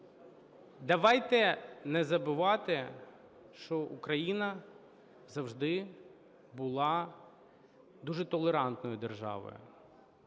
Давайте не забувати, що Україна завжди була дуже толерантною державою,